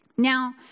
Now